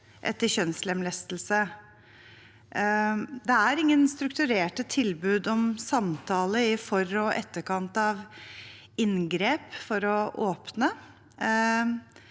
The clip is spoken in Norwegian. etter kjønnslemlestelse. Det er ingen strukturerte tilbud om samtale i for- og etterkant av inngrep for å åpne.